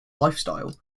lifestyle